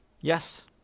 Yes